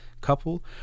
couple